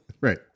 right